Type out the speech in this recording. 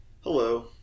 Hello